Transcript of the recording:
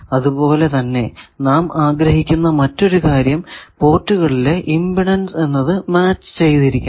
അതുപോലെ തന്നെ നാം ആഗ്രഹിക്കുന്ന മറ്റൊരു കാര്യം പോർട്ടുകളിലെ ഇമ്പിഡൻസ് എന്നത് മാച്ച് ചെയ്തിരിക്കണം